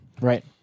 Right